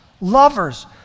lovers